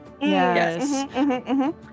Yes